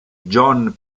john